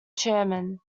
chairman